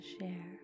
share